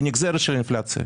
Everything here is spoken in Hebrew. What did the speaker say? היא נגזרת של האינפלציה.